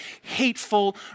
hateful